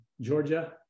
Georgia